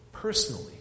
personally